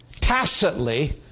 tacitly